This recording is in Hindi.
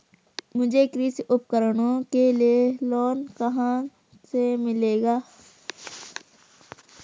मुझे कृषि उपकरणों के लिए लोन कहाँ से मिलेगा?